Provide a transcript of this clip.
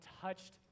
touched